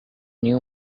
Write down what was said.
new